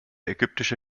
ägyptische